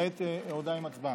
כעת הודעה עם הצבעה: